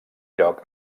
lloc